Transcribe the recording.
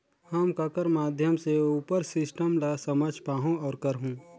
हम ककर माध्यम से उपर सिस्टम ला समझ पाहुं और करहूं?